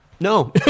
No